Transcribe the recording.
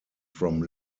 from